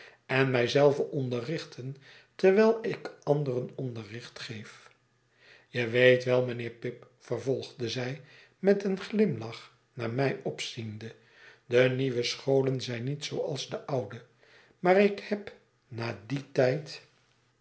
en mij zelve onderrichten terwijl ik anderen onderricht geef je weet wel mijnheer pip vervolgde zij met een glimlach naar mij opziende de nieuwe scholen zijn niet zooals de oude maar ik heb na dien tijd